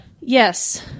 yes